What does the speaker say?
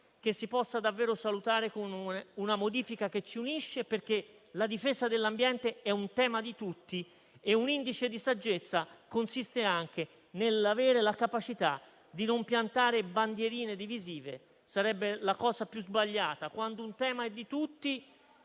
che si possa davvero salutare come una modifica che ci unisce. La difesa dell'ambiente, infatti, è un tema di tutti e un indice di saggezza consiste anche nell'avere la capacità di non piantare bandierine divisive. Sarebbe la cosa più sbagliata: quando un tema è di tutti,